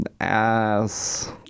Ass